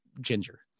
Ginger